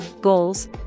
goals